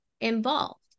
involved